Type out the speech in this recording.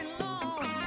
long